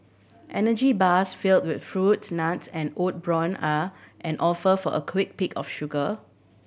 energy bars fill with fruits nuts and oat bran are on offer for a quick pick of sugar